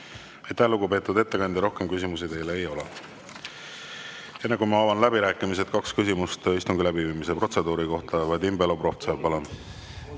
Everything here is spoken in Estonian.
lugupeetud ettekandja! Rohkem küsimusi teile ei ole. Enne kui ma avan läbirääkimised, kaks küsimust istungi läbiviimise protseduuri kohta. Vadim Belobrovtsev, palun!